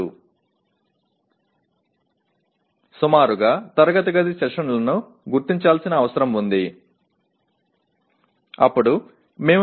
தோராயமாக வகுப்பறை அமர்வுகள் அடையாளம் காணப்பட வேண்டும்